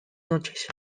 noches